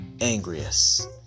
angriest